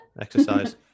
exercise